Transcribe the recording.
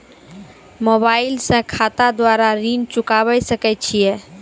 Mobile से खाता द्वारा ऋण चुकाबै सकय छियै?